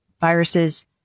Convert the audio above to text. viruses